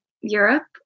Europe